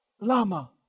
Lama